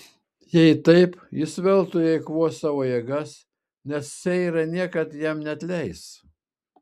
jei taip jis veltui eikvos savo jėgas nes seira niekad jam neatleis